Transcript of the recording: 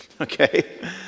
okay